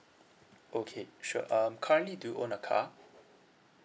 okay sure um currently do you own a car